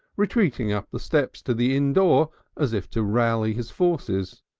retreating up the steps to the inn door as if to rally his forces.